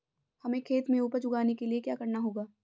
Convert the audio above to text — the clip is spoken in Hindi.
हमें खेत में उपज उगाने के लिये क्या करना होगा?